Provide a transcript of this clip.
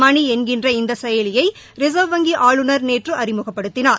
மணி என்கின்ற இந்த செயலியை ரிசர்வ் வங்கி ஆளுநர் நேற்று அறிமுகபடுத்தினார்